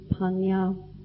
Panya